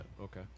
Okay